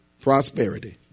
prosperity